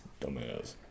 Dumbass